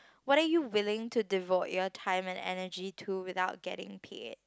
what are you willing to devote your time and energy to without getting paid